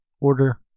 order